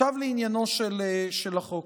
עכשיו לעניינו של החוק.